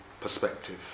perspective